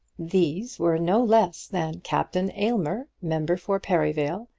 these were no less than captain aylmer, member for perivale,